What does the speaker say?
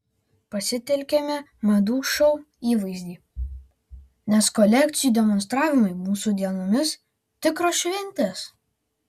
pasitelkėme madų šou įvaizdį nes kolekcijų demonstravimai mūsų dienomis tikros šventės